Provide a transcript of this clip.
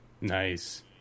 Nice